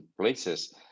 places